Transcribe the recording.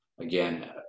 Again